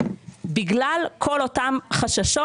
בגלל כל אותם חששות,